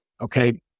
Okay